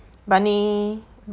but 你